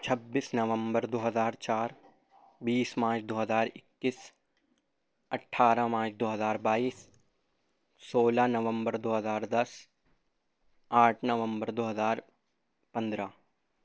چھبیس نومبر دو ہزار چار بیس مارچ دو ہزار اکیس اٹھارہ مارچ دو ہزار بائیس سولہ نومبر دو ہزار دس آٹھ نومبر دو ہزار پندرہ